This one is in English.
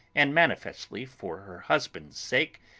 and, manifestly for her husband's sake,